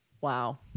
Wow